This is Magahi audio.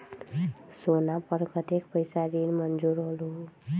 सोना पर कतेक पैसा ऋण मंजूर होलहु?